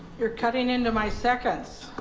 you're cutting into my seconds.